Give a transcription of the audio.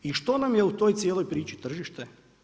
I što nam je u toj cijelo priči tržište?